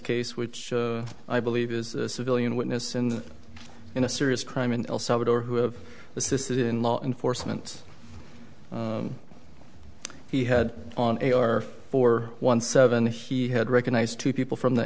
case which i believe is a civilian witness and in a serious crime in el salvador who have assisted in law enforcement he had on a r four one seven he had recognized two people from the